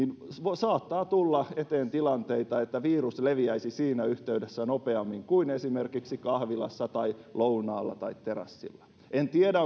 saattaa tulla eteen tilanteita että virus leviäisi siinä yhteydessä nopeammin kuin esimerkiksi kahvilassa tai lounaalla tai terassilla en tiedä